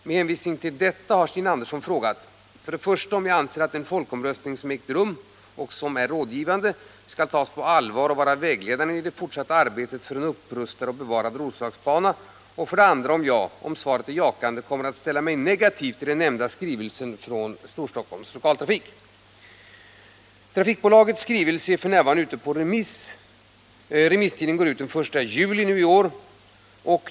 Med hänvisning härtill har Stina Andersson frågat 1. om jag anser att den folkomröstning som ägt rum — och som är rådgivande — skall tas på allvar och vara vägledande i det fortsatta arbetet för en upprustad och bevarad Roslagsbana och 2. om jag, om svaret är jakande, kommer att ställa mig negativ till den nämnda skrivelsen från AB Storstockholms Lokaltrafik. Trafikbolagets skrivelse är f. n. ute på remiss. Remisstiden går ut den I juli i år.